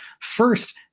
first